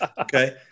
Okay